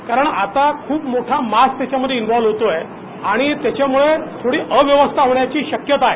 कारण आता ख्रप मोठा मास त्याच्यामध्ये इनव्हॉल्व होतोय आणि त्याच्यामुळे थोडी अव्यवस्था होण्याची शक्यता आहे